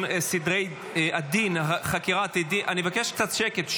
סדרי הדין (חקירת עדים) אני מבקש קצת שקט.